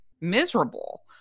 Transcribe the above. miserable